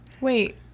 Wait